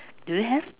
do you have